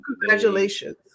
congratulations